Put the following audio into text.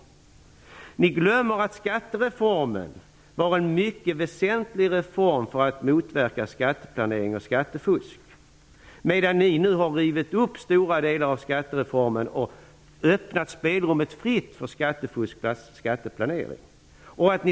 Ni glömmer att skattereformen var en mycket väsentlig reform för att motverka skatteplanering och skattefusk. Ni har nu rivit upp stora delar av skattereformen och öppnat spelrummet fritt för skattefusk och skatteplanering.